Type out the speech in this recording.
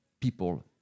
people